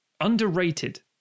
Underrated